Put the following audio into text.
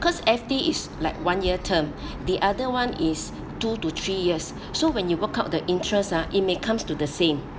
because F_D is like one year term the other one is two to three years so when you work out the interest ah it may comes to the same